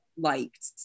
liked